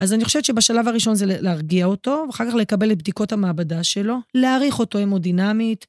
אז אני חושבת שבשלב הראשון זה להרגיע אותו, אחר כך לקבל את בדיקות המעבדה שלו, להעריך אותו המודינמית.